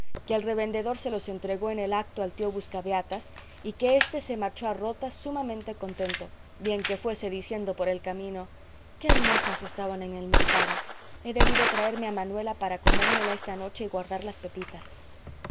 que el revendedor se los entregó en el acto al tío buscabeatas y que éste se marchó a rota sumamente contento bien que fuese diciendo por el camino qué hermosas estaban en el mercado he debido traerme a manuela para comérmela esta noche y guardar las pepitas